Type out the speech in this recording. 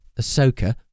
Ahsoka